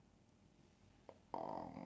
it are they are they selling fruits